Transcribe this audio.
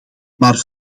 maar